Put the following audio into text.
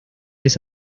les